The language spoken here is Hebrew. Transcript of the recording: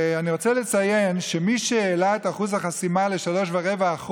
אני רוצה לציין שמי שהעלה את אחוז החסימה ל-3.25%,